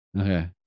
Okay